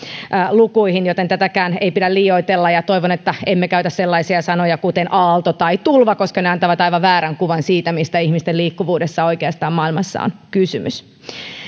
lukuihin verrattuna joten tätäkään ei pidä liioitella toivon että emme käytä sellaisia sanoja kuten aalto tai tulva koska ne antavat aivan väärän kuvan siitä mistä ihmisten liikkuvuudessa oikeastaan maailmassa on kysymys